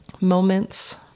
moments